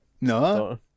No